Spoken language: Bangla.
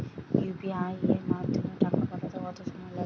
ইউ.পি.আই এর মাধ্যমে টাকা পাঠাতে কত সময় লাগে?